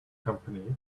company